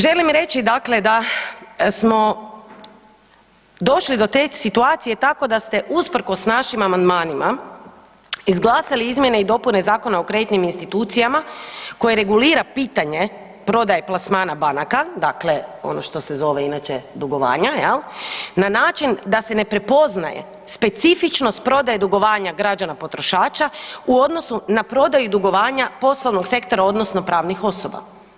Želim reći dakle da smo došli do te situacije tako, da ste usprkos našim amandmanima izglasali Izmjene i dopune Zakona o kreditnim institucijama koje regulira pitanje prodaje plasmana banaka, dakle ono što se zove inače, dugovanja, je li, na način da se ne prepoznaje specifičnost prodaje dugovanja građana potrošača u odnosu na prodaju dugovanja poslovnog sektora odnosno pravnih osoba.